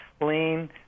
Lean